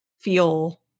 feel